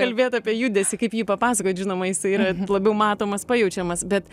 kalbėt apie judesį kaip jį papasakot žinoma jisai yra labiau matomas pajaučiamas bet